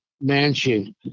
Mansion